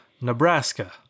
Nebraska